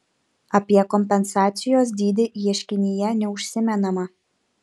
apie kompensacijos dydį ieškinyje neužsimenama